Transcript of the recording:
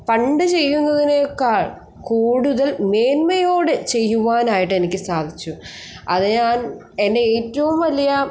പണ്ട് ചെയ്യുന്നതിനേക്കാൾ കൂടുതൽ മേന്മയോടെ ചെയ്യുവാനായിട്ട് എനിക്ക് സാധിച്ചു അത് ഞാൻ എൻ്റെ ഏറ്റവും വലിയ